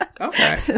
Okay